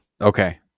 okay